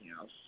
else